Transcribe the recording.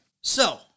So-